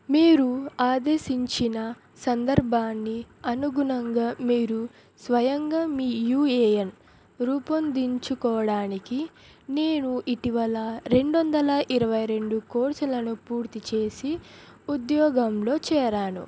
మీరు ఆదేశించిన సందర్భాన్ని అనుగుణంగా మీరు స్వయంగ మీ యూఏఎన్ రూపొందించుకోవడానికి నేను ఇటీవల రెంండొందల ఇరవై రెండు కోర్సులను పూర్తి చేసి ఉద్యోగంలో చేరాను